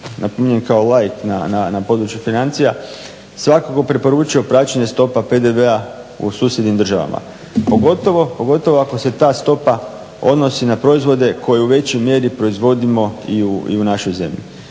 govoreći … na području financija svakako preporučio praćenje stopa PDV-a u susjednim državama, pogotovo ako se ta stopa odnosi na proizvode koje u većoj mjeri proizvodimo i u našoj zemlji.